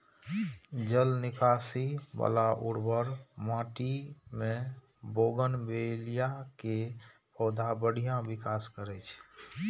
जल निकासी बला उर्वर माटि मे बोगनवेलिया के पौधा बढ़िया विकास करै छै